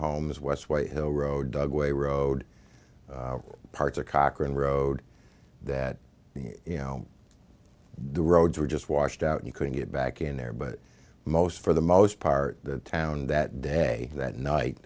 homes westway hill road dugway road parts of cochran road that you know the roads were just washed out you couldn't get back in there but most for the most part the town that day that night